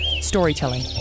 storytelling